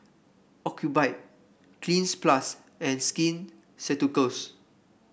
Ocuvite Cleanz Plus and Skin Ceuticals